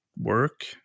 work